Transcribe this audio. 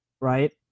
right